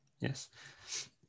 Yes